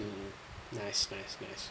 nice nice nice